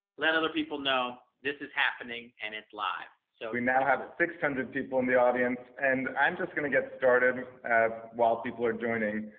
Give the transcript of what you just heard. let other people know this is happening, and it's live. so we now have six hundred people on the audience. and i'm just gonna get started while people are joining.